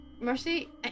Mercy